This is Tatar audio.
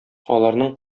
аларның